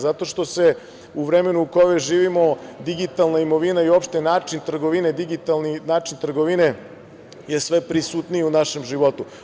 Zato što se u vremenu u kojem živimo digitalna imovina i uopšte način trgovine, digitalni način trgovine je sve prisutniji u našem životu.